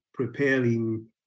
preparing